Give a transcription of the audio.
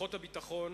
לכוחות הביטחון